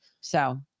So-